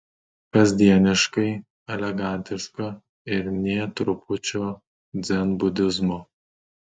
kasdieniškai elegantiška ir nė trupučio dzenbudizmo